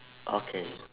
okay